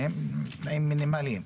שהם תנאים מינימליים,